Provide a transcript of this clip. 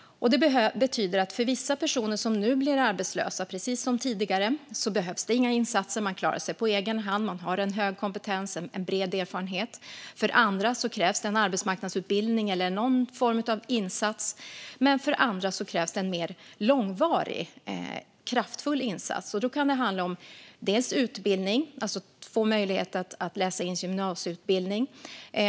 Det betyder att för vissa personer som nu blir arbetslösa behövs det precis som tidigare inga insatser. De klarar sig på egen hand. De har en hög kompetens och en bred erfarenhet. För en del behövs en arbetsmarknadsutbildning eller någon form av insats, och för andra behövs det en mer långvarig och kraftfull insats. Det kan handla om utbildning, att få möjlighet att läsa in gymnasieutbildning.